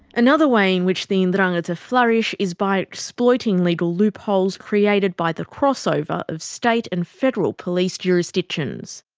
another way in which the ndrangheta flourish is by exploiting legal loopholes created by the crossover of state and federal police jurisdictions.